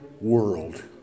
world